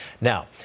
Now